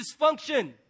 dysfunction